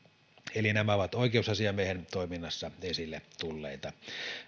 eli nämä ovat oi keusasiamiehen toiminnassa esille tulleita